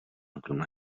ogromna